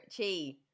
Chi